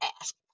ask